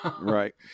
right